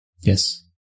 Yes